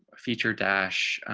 feature dash